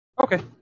Okay